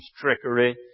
trickery